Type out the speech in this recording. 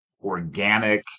organic